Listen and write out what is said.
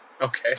Okay